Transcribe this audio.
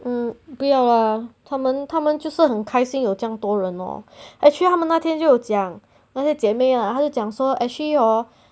hmm 不要 lah 他们他们就是很开心有这样多人 lor actually 他们那天就有讲那些姐妹 ah 他讲说 actually hor